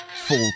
fall